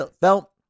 felt